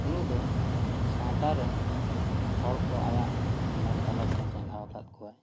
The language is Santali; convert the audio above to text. ᱩᱱᱤ ᱫᱚ ᱥᱟᱶᱛᱟ ᱨᱮᱱ ᱦᱚᱲ ᱠᱚ ᱟᱭᱟᱜ ᱚᱱᱚᱞ ᱛᱟᱞᱟ ᱛᱮ ᱪᱮᱝᱜᱷᱟᱣ ᱟᱠᱟᱫ ᱠᱚᱣᱟᱭ